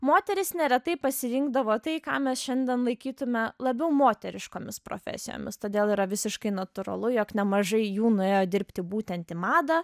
moterys neretai pasirinkdavo tai ką mes šiandien laikytume labiau moteriškomis profesijomis todėl yra visiškai natūralu jog nemažai jų nuėjo dirbti būtent į madą